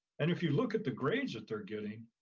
and if you look at the grades that they're getting,